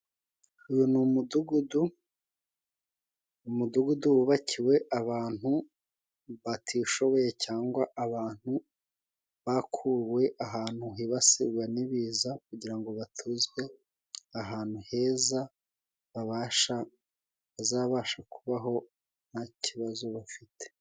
Uyu ni umudugudu, umudugudu wubakiwe abantu batishoboye cyangwa abantu bakuwe ahantu hibasiwe n'ibiza, kugira ngo batuzwe ahantu heza babasha, hazabasha kubaho nta kibazo bafite.